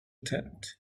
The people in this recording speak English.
tent